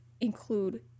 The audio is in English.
include